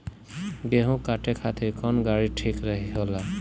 गेहूं काटे खातिर कौन गाड़ी ठीक होला?